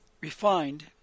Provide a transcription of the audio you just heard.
refined